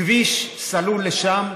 כביש סלול לשם,